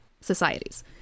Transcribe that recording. societies